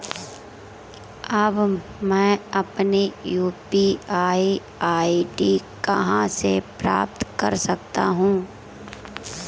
अब मैं अपनी यू.पी.आई आई.डी कहां से प्राप्त कर सकता हूं?